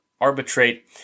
arbitrate